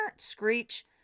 screech